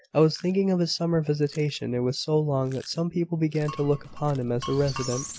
i was thinking of his summer visitation. it was so long, that some people began to look upon him as a resident.